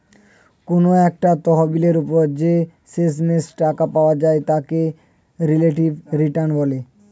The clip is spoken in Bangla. কোনো একটা তহবিলের উপর যে শেষমেষ টাকা পাওয়া যায় তাকে রিলেটিভ রিটার্ন বলে